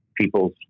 people's